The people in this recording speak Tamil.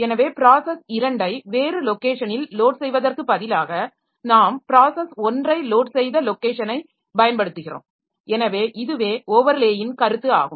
எனவே ப்ராஸஸ் 2 ஐ வேறு லொக்கேஷனில் லோட் செய்வதற்கு பதிலாக நாம் ப்ராஸஸ் 1 ஐ லோட் செய்த லொக்கேஷனை பயன்படுத்துகிறோம் எனவே இதுவே ஒவர்லேயின் கருத்து ஆகும்